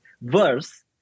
verse